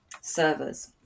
servers